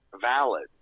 valid